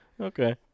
Okay